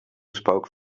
spoke